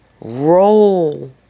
roll